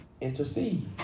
intercede